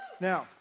Now